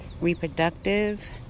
reproductive